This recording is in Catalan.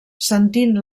sentint